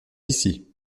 ici